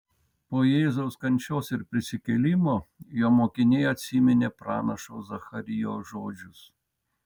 po jėzaus kančios ir prisikėlimo jo mokiniai atsiminė pranašo zacharijo žodžius